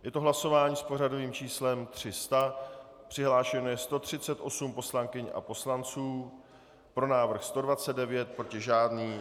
Je to hlasování s pořadovým číslem 300, přihlášeno je 138 poslankyň a poslanců, pro návrh 129, proti žádný.